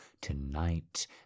Tonight